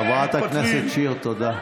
אין גבול לפייק, חברת הכנסת שיר, תודה.